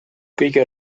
kõige